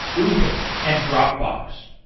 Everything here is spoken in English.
uber, and dropbox.